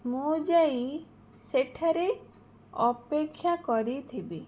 ମୁଁ ଯାଇ ସେଠାରେ ଅପେକ୍ଷା କରିଥିବି